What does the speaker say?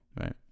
right